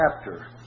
chapter